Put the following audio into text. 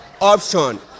option